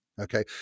Okay